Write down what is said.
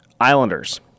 Islanders